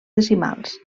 decimals